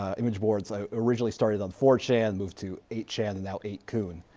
image boards originally started on four chan moved to eight chan and now eight kun.